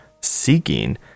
seeking